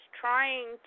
trying